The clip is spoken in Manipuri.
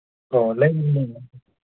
ꯑꯣ ꯂꯩꯅꯤ ꯂꯩꯅꯤ